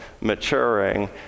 maturing